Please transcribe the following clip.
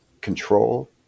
control